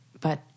But-